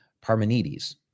Parmenides